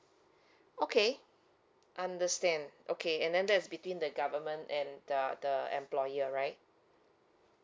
okay understand okay and then that's between the government and the the employer right